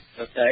Okay